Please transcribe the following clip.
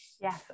Yes